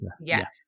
Yes